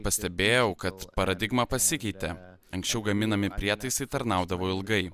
pastebėjau kad paradigma pasikeitė anksčiau gaminami prietaisai tarnaudavo ilgai